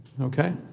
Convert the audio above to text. Okay